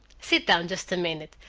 sit down just a minute,